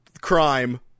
crime